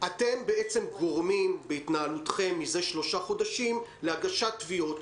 אתם בעצם גורמים בהתנהלותכם במשך שלושה חודשים להגשת תביעות.